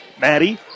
Maddie